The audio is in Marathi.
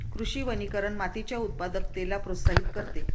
कृषी वनीकरण मातीच्या उत्पादकतेला प्रोत्साहित करते